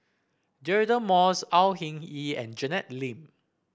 Deirdre Moss Au Hing Yee and Janet Lim